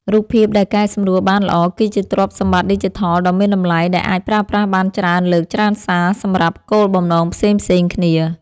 រូបភាពដែលកែសម្រួលបានល្អគឺជាទ្រព្យសម្បត្តិឌីជីថលដ៏មានតម្លៃដែលអាចប្រើប្រាស់បានច្រើនលើកច្រើនសារសម្រាប់គោលបំណងផ្សេងៗគ្នា។